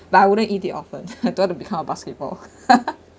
but I wouldn't eat it often I don't want to become a basketball